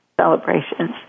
celebrations